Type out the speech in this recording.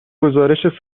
گزارش